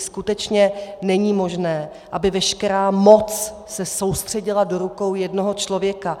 Skutečně není možné, aby se veškerá moc soustředila do rukou jednoho člověka.